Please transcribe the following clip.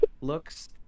looks